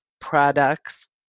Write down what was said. products